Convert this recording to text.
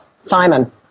Simon